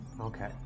Okay